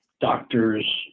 doctors